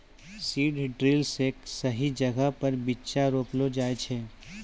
seed drill से सही जगहो पर बीच्चा रोपलो जाय छै